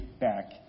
back